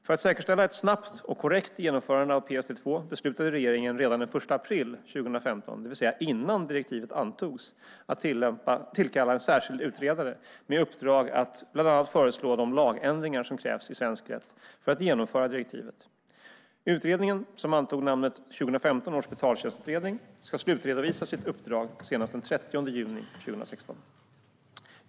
För att säkerställa ett snabbt och korrekt genomförande av PSD2 beslutade regeringen redan den 1 april 2015, det vill säga innan direktivet antogs, att tillkalla en särskild utredare med uppdrag att bland annat föreslå de lagändringar som krävs i svensk rätt för att genomföra direktivet. Utredningen, som antog namnet 2015 års betaltjänstutredning, ska slutredovisa sitt uppdrag senast den 30 juni 2016.